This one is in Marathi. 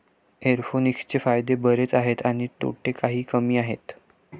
एरोपोनिक्सचे फायदे बरेच आहेत आणि तोटे काही कमी आहेत